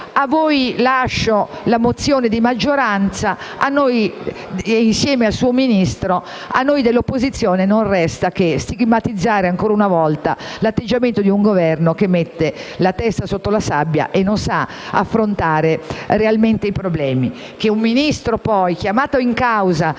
a voi lascio la mozione di maggioranza insieme al suo Ministro, mentre a noi dell'opposizione non resta che stigmatizzare ancora una volta l'atteggiamento di un Governo che mette la testa sotto la sabbia e non sa affrontare realmente i problemi.